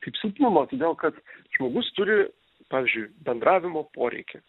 kaip silpnumo todėl kad žmogus turi pavyzdžiui bendravimo poreikį